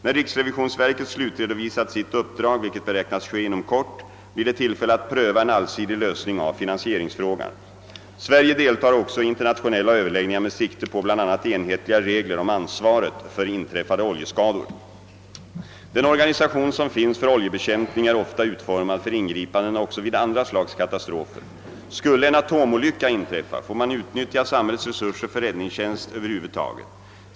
När riksrevisionsverket slutredovisat sitt uppdrag, vilket beräknas ske inom kort, blir det tillfälle att pröva en allsidig lösning av finansierings frågan. Sverige deltar också i internationella överläggningar med sikte på bl.a. enhetliga regler om ansvaret för inträffade oljeskador. Den organisation som finns för oljebekämpning är ofta utformad för ingripanden också vid andra slags katastrofer. Skulle en atomolycka inträffa får man utnyttja samhällets resurser för räddningstjänst över huvud taget.